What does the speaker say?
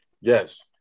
Yes